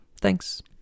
Thanks